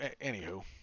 anywho